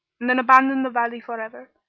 and then abandon the valley forever.